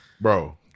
Bro